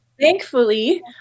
thankfully